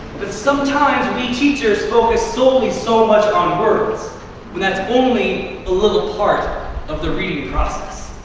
but sometimes we teachers focus solely so much on words when that's only a little part of the reading process.